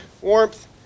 warmth